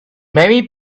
maybe